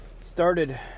Started